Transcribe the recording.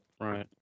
right